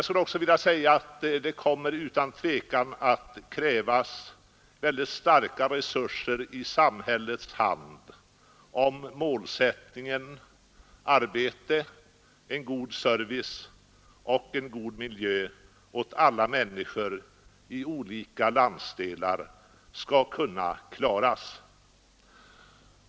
Det kommer utan tvivel att krävas mycket stora resurser i samhällets hand om målsättningen arbete, en god service och en god miljö åt alla människor i olika landsdelar skall kunna klaras.